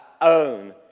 own